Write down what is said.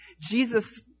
Jesus